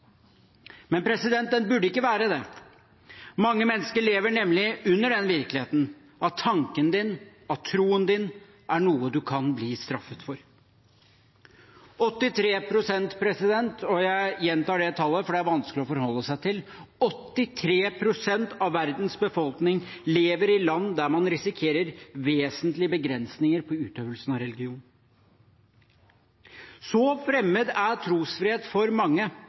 Den burde ikke være det. Mange mennesker lever nemlig under den virkeligheten, at tanken din, troen din, er noe du kan bli straffet for. 83 pst., og jeg gjentar det tallet, for det er vanskelig å forholde seg til – 83 pst. av verdens befolkning lever i land der man risikerer vesentlige begrensninger i utøvelsen av religion. Så fremmed er trosfrihet for mange